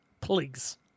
Please